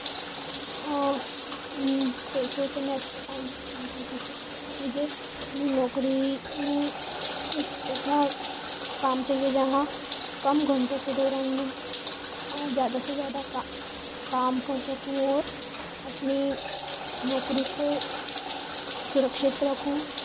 पेशों से मैं अच्छा टाइम स्पेंड कर सकूँ मुझे अपनी नौकरी में एक एसा काम चाहिए जहाँ कम घंटो क दौरान में ज़्यादा से ज़्यादा का काम कर सकूँ और अपनी नोकरी को सुरक्षित रखूँ